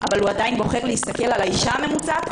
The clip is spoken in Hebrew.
אבל הוא עדיין בוחר להסתכל על האישה הממוצעת,